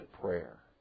prayer